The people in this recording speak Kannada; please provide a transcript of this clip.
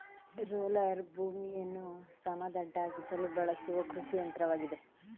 ರೋಲರ್ ಭೂಮಿಯನ್ನು ಸಮತಟ್ಟಾಗಿಸಲು ಬಳಸುವ ಕೃಷಿಯಂತ್ರವಾಗಿದೆ